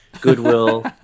goodwill